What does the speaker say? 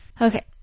Okay